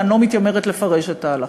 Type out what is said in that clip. ולא מתיימרת לפרש את ההלכה,